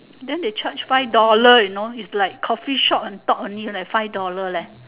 then they charge five dollar you know is like coffee shop and talk is like five dollar leh